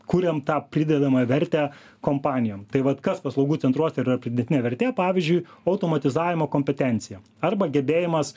kuriam tą pridedamą vertę kompanijom tai vat kas paslaugų centruose yra pridėtinė vertė pavyzdžiui automatizavimo kompetencija arba gebėjimas